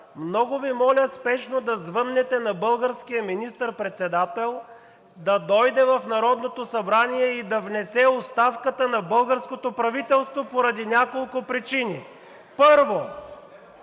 много Ви моля спешно да звъннете на българския министър председател да дойде в Народното събрание и да внесе оставката на българското правителство поради няколко причини. Първо,